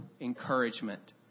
encouragement